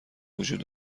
وجود